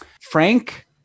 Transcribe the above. Frank